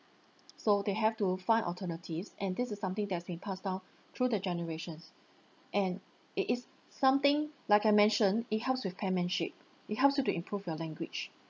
so they have to find alternatives and this is something that's been passed down through the generations and it is something like I mentioned it helps with penmanship it helps you to improve your language